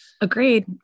agreed